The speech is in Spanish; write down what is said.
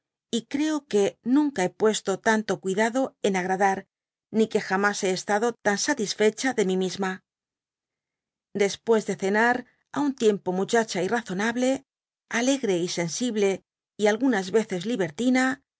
y creo que nunca hé puesto tanto cuidado en agi adar ni que jamas hé estado tan satisfecha de mí misma después de cenar á un tiempo muchacha y razonable alegre y sensible y algunas veces libertina